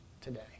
today